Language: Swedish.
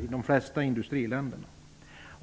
ut i de flesta industriländer.